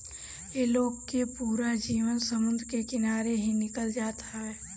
इ लोग के पूरा जीवन समुंदर के किनारे ही निकल जात हवे